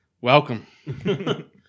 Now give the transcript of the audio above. Welcome